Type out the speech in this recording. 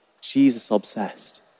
Jesus-obsessed